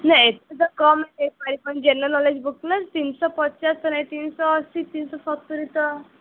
ନାଇଁ ଏତେ ତ କମ୍ ହୋଇପାରିବନି ଜେନେରାଲ୍ ନଲେଜ୍ ବୁକ୍ନା ତିନି ଶହ ପଚାଶ ନାଇଁ ତିନି ଶହ ଅଶୀ ତିନି ଶହ ସତୁରୀ ତ